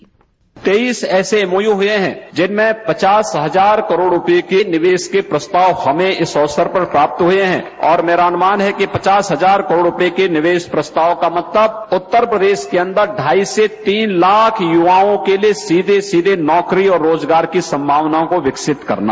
तेइस ऐसे एमओयू हुए हैं जिनमें पचास हजार करोड़ रूपये के निवेश के प्रस्ताव हमें इस अवसर पर प्राप्त हुए हैं और मेरा अनुमान है कि पचास हजार करोड़ रूपये के निवेश प्रस्ताव का मतलब उत्तर प्रदेश के अन्दर ढाई से तीन लाख युवाओं के लिए सीघे सीघे नौकरी और रोज़गार की संभावनाओं को विकसित करना